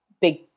big